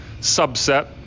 subset